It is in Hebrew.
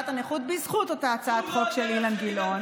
הנכות בזכות אותה הצעת חוק של אילן גילאון,